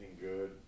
good